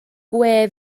gwe